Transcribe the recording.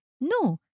no